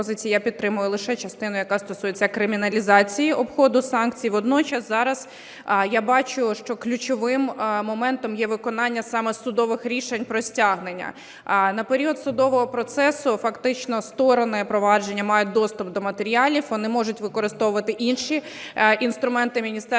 я підтримую лише частину, яка стосується криміналізації обходу санкцій. Водночас зараз я бачу, що ключовим моментом є виконання саме судових рішень про стягнення. На період судового процесу фактично сторони провадження мають доступ до матеріалів, вони можуть використовувати інші інструменти Міністерства